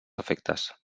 efectes